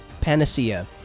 Panacea